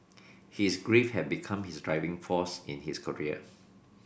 his grief had become his driving force in his career